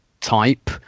type